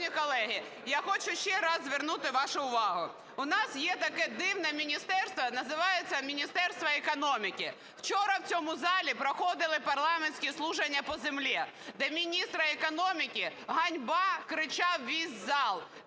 колеги, я хочу ще раз звернути вашу увагу. У нас є таке дивне міністерство - називається Міністерство економіки. Вчора в цьому залі проходили парламентські слухання по землі, де міністру економіки "Ганьба!" кричав весь зал,